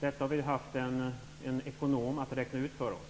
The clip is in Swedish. Detta har en ekonom räknat ut för oss.